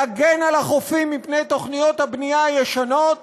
להגן על החופים מפני תוכניות הבנייה הישנות